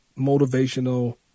motivational